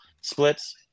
splits